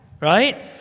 right